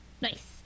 Nice